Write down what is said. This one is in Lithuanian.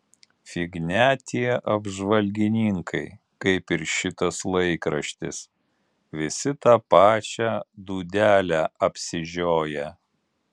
fignia tie apžvalgininkai kaip ir šitas laikraštis visi tą pačią dūdelę apsižioję